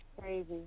crazy